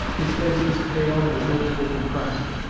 his face was pale and his lips were compressed.